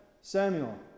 Samuel